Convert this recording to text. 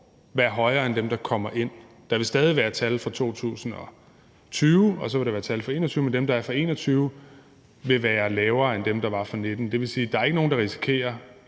være højere end dem, der kommer ind. Der vil stadig være tal for 2020, og så vil der være tal for 2021, men dem, som der er for 2021, vil være lavere end dem, der var for 2019. Det vil sige, at der ikke er nogen, der risikerer